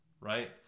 right